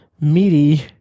meaty